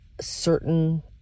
certain